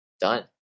done